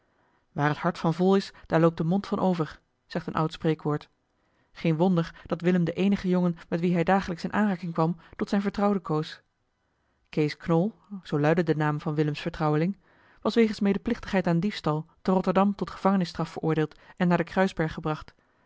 waar het hart van vol is daar loopt de mond van over zegt een oud spreekwoord geen wonder dat willem den eenigen jongen met wien hij dagelijks in aanraking kwam tot zijn vertrouwde koos kees knol zoo luidde de naam van willems vertrouweling was wegens medeplichtigheid aan diefstal te rotterdam tot gevangenisstraf veroordeeld en naar den kruisberg gebracht